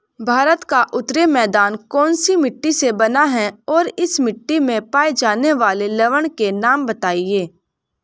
भारत का उत्तरी मैदान कौनसी मिट्टी से बना है और इस मिट्टी में पाए जाने वाले लवण के नाम बताइए?